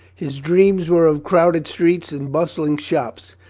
his dreams were of crowded streets and bustling shops.